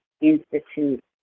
Institute